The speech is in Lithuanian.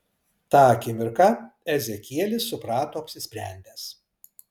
tą akimirką ezekielis suprato apsisprendęs